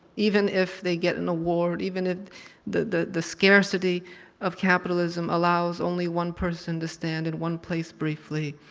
even if they get an award, even if the the scarcity of capitalism allows only one person to stand in one place briefly.